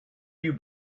you